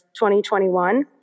2021